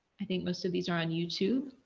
i think most of these are on youtube.